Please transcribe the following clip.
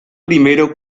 primero